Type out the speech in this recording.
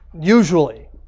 usually